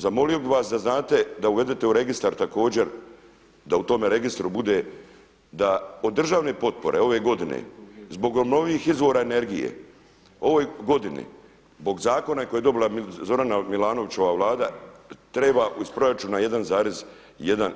Zamolio bih vas da znate da uvedete u registar također da u tome registru bude da od državne potpore ove godine zbog obnovljivih izvora energije u ovoj godini zbog zakona koji je dobila Zorana Milanovića vlada treba iz proračuna 1,1